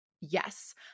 yes